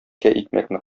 икмәкне